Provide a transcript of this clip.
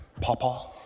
Papa